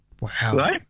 Wow